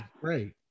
Great